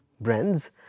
brands